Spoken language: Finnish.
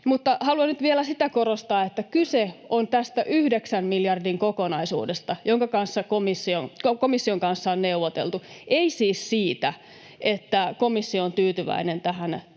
haluan nyt vielä sitä korostaa, että kyse on tästä yhdeksän miljardin kokonaisuudesta, joka komission kanssa on neuvoteltu, ei siis siitä, että komissio on tyytyväinen tähän teidän